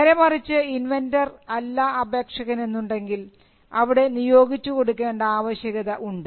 നേരെമറിച്ച് ഇൻവെൻന്റർ അല്ല അപേക്ഷകൻ എന്നുണ്ടെങ്കിൽ അവിടെ നിയോഗിച്ച് കൊടുക്കേണ്ട ആവശ്യകത ഉണ്ട്